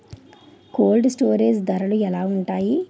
Cold storage ధరలు ఎలా ఉంటాయి?